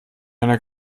einer